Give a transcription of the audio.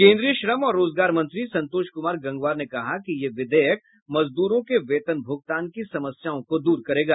केंद्रीय श्रम और रोजगार मंत्री संतोष कुमार गंगवार ने कहा कि यह विधेयक मजदूरों के वेतन भूगतान की समस्याओं को दूर करेगा